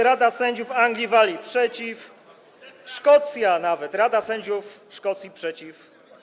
Rada Sędziowska Anglii i Walii - przeciw, Szkocja nawet, Rada Sędziów Szkocji - przeciw.